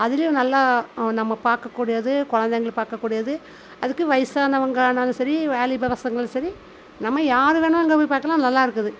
அதுலையும் நல்லா நம்ம பார்க்கக்கூடியது குழந்தைங்கள் பார்க்கக்கூடியது அதுக்கு வயசானவங்கனாலும் சரி வாலிப பசங்களும் சரி நம்ம யார் வேணாலும் அங்கே போய் பார்க்கலாம் நல்லாயிருக்குது